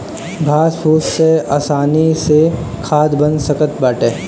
घास फूस से आसानी से खाद बन सकत बाटे